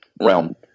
realm